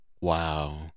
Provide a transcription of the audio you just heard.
Wow